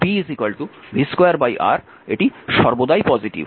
সুতরাং p v2R সর্বদাই positive